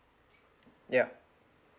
ya